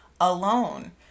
alone